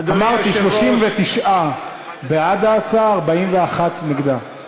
אמרתי, 39 בעד ההצעה, 41 נגדה.